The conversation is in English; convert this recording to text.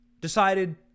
decided